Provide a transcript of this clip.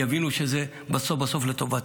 ויבינו שזה בסוף לטובתם.